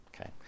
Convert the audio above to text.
Okay